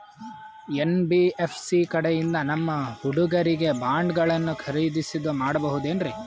NBFC ಕಡೆಯಿಂದ ನಮ್ಮ ಹುಡುಗರಿಗೆ ಬಾಂಡ್ ಗಳನ್ನು ಖರೀದಿದ ಮಾಡಬಹುದೇನ್ರಿ?